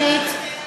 שנית,